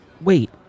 Wait